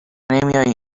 نمیایی